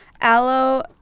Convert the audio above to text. Aloe